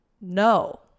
no